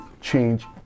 change